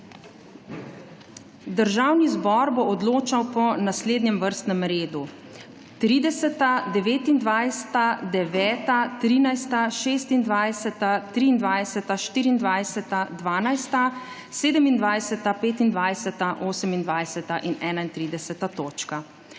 Državni zbor bo odločal po naslednjem vrstnem redu: 30., 29., 9., 13., 26., 23., 24., 12., 27., 25., 28. in 31. točka.